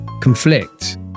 conflict